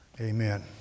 Amen